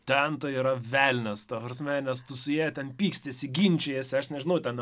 ten tai yra velnias ta prasme nes tu su ja ten pykstiesi ginčijiesi aš nežinau ten